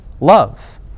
love